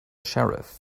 sheriff